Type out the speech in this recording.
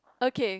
okay